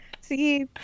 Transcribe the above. See